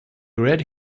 read